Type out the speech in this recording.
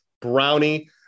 brownie